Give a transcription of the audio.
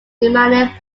demanding